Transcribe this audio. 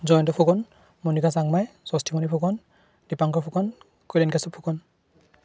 Jayanta Phukan Monika Changmai Shashthimoni Phukan Dipankar Phukan Kulen Kashyap Phukan